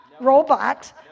robot